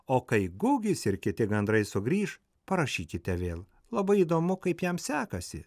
o kai gugis ir kiti gandrai sugrįš parašykite vėl labai įdomu kaip jam sekasi